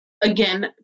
again